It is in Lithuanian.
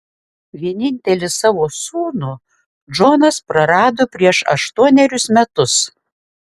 vienintelį savo sūnų džonas prarado prieš aštuonerius metus